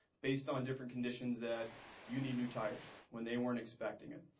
based on different conditions, that you need new tires, when they weren't expecting it.